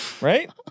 Right